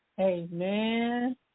amen